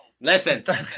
Listen